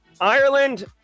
Ireland